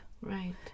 Right